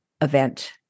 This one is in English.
event